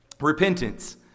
repentance